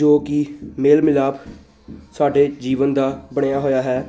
ਜੋ ਕਿ ਮੇਲ ਮਿਲਾਪ ਸਾਡੇ ਜੀਵਨ ਦਾ ਬਣਿਆ ਹੋਇਆ ਹੈ